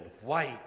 white